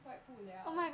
wipe 不 liao